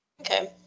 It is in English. Okay